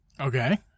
Okay